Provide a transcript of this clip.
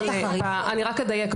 אני אדייק,